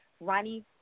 Ronnie